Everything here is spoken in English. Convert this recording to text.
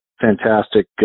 fantastic